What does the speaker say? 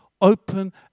open